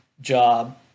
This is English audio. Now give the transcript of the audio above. job